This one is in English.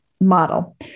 model